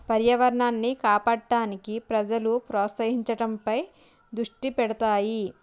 పర్యావరణాన్ని కాపాడటానికి ప్రజలు ప్రోత్సహించటంపై దుష్టి పెడతాయి